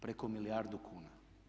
Preko milijardu kuna.